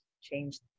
Change